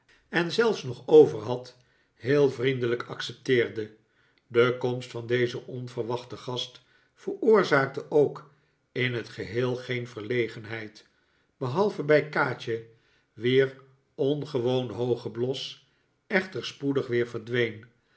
en zelfs nog over had heel vriendelijk accepteerde de komst van dezen onverwachten gast veroorzaakte ook in t geheel geen verlegenheid behalve bij kaatje wier ongewoon hooge bios echter spoedig weer verdween